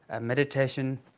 meditation